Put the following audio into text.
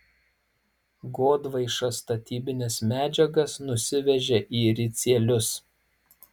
godvaiša statybines medžiagas nusivežė į ricielius